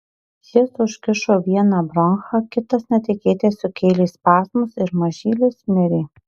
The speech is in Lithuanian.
jis užkišo vieną bronchą kitas netikėtai sukėlė spazmus ir mažylis mirė